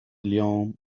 اليوم